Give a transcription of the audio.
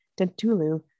Dentulu